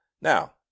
Now